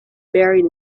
buried